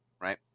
Right